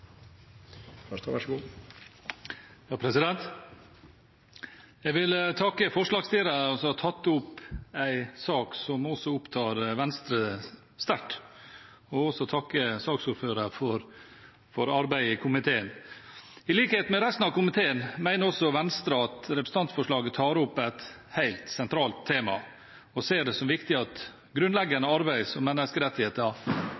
Jeg vil takke forslagsstillerne som har tatt opp en sak som også opptar Venstre sterkt, og jeg vil takke saksordføreren for arbeidet i komiteen. I likhet med resten av komiteen mener også Venstre at representantforslaget tar opp et helt sentralt tema, og ser det som viktig at grunnleggende arbeid som menneskerettigheter